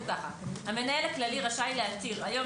כך: המנהל הכללי רשאי להתיר היום